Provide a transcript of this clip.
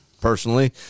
personally